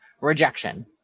rejection